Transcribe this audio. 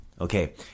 Okay